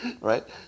right